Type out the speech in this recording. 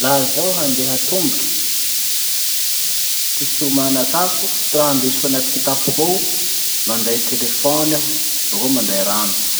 Laha zaho handeha tomboky, ty fiomana atako, ty raha indesiko anaty kitapoko ao, manday telefony aho bakeo manday rano.